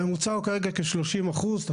הממוצע הוא כרגע כ-30% של